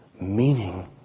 meaning